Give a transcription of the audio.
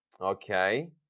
Okay